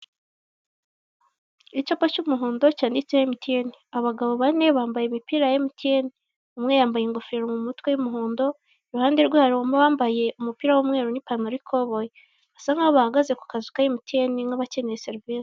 Icyapa cy'ummuhondo cyanditseho emutiyeni. Abagabo bane bambaye imipira ye emutiyeni. Umwe yambaye ingofero mu mutwe y'umuhondo, iruhande rwe harimo uwambaye umupira w'umweru n'ipantaro y'ikoboyi bisa nkaho bahagaze ku kazu ka emutiyeni nka bakeneye serivise.